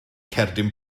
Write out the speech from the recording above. cerdyn